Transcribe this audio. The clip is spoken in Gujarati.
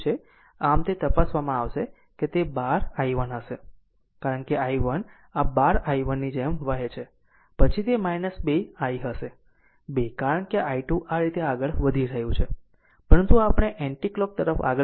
આમ તે તપાસવામાં આવશે કે તે 12 i1 હશે કારણ કે i1 આ 12 i1 ની જેમ વહે છે પછી તે 2 i હશે 2 કારણ કે i2 આ રીતે આગળ વધી રહ્યું છે પરંતુ આપણે એન્ટિકલોક તરફ આગળ વધી રહ્યા છીએ